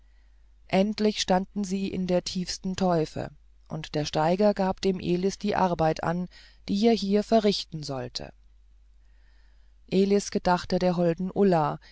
endlich standen sie in der tiefsten teufe und der steiger gab dem elis die arbeit an die er hier verrichten sollte elis gedachte der holden ulla